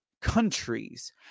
countries